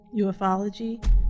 ufology